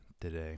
today